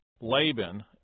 Laban